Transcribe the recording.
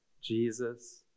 Jesus